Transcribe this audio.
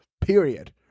period